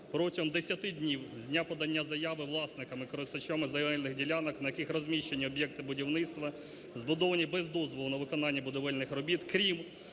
протягом 10 днів з дня подання заяви власниками, користувачами земельних ділянок, на яких розміщені об'єкти будівництва, збудовані без дозволу на виконання будівельних робіт, крім